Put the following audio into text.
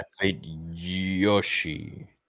Yoshi